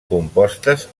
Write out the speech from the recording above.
compostes